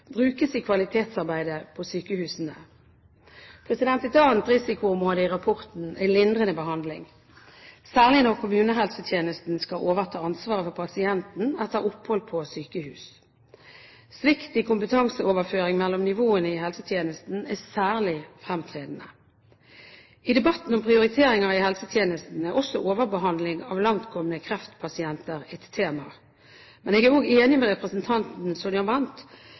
brukes i kvalitetsarbeidet på sykehusene. Et annet risikoområde i rapporten er lindrende behandling, særlig når kommunehelsetjenesten skal overta ansvaret for pasienten etter opphold på sykehus. Svikt i kompetanseoverføring mellom nivåene i helsetjenesten er særlig fremtredende. I debatten om prioriteringer i helsetjenesten er også overbehandling av langtkomne kreftpasienter et tema. Men jeg er også enig med representanten Sonja Mandt